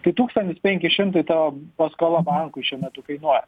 tai tūkstantis penki šimtai tavo paskola bankui šiuo metu kainuoja